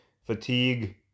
fatigue